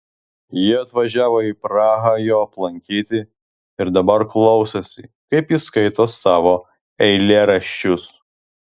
ji atvažiavo į prahą jo aplankyti ir dabar klausosi kaip jis skaito savo eilėraščius